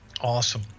Awesome